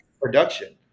production